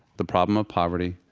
the problem of poverty,